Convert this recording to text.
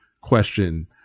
question